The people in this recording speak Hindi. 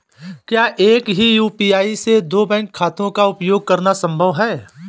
क्या एक ही यू.पी.आई से दो बैंक खातों का उपयोग करना संभव है?